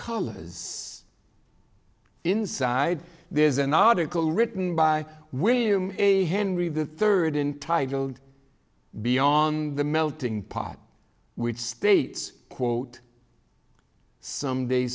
colors inside there's an article written by william henry the third in titled beyond the melting pot which states quote someday